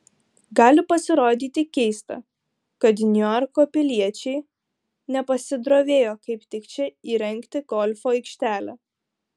gali pasirodyti keista kad niuarko piliečiai nepasidrovėjo kaip tik čia įrengti golfo aikštelę